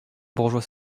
bourgeois